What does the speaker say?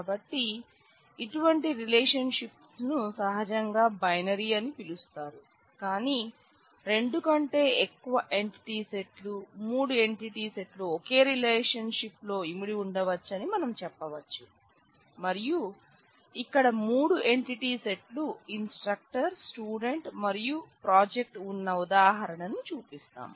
కాబట్టి ఇటువంటి రిలేషన్షిప్స్ ను సహజంగా బైనరీ అని పిలుస్తారు కానీ రెండు కంటే ఎక్కువ ఎంటిటీ సెట్ లు మూడు ఎంటిటీ సెట్ లు ఒకే రిలేషన్షిప్ లో ఇమిడి ఉండవచ్చని మనం చెప్పవచ్చు మరియు ఇక్కడ మూడు ఎంటిటీ సెట్ లు ఇన్స్ట్రక్టర్ స్టూడెంట్ మరియు ప్రాజెక్ట్ ఉన్న ఉదాహరణను చూపిస్తాం